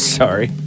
sorry